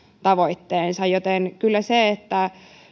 tavoitteensa kyllä se että